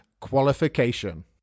qualification